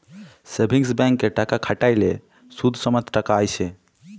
savings ব্যাংকে টাকা খ্যাট্যাইলে সুদ সমেত টাকা আইসে